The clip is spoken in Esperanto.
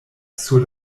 sur